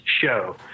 show